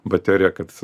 bateriją kad